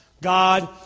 God